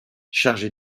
chargée